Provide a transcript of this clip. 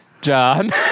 john